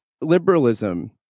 liberalism